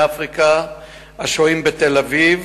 2. אם כן, כמה מהגרים מאפריקה שוהים בתל-אביב?